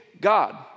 God